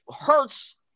hurts